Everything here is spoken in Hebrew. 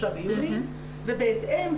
23.6. בהתאם,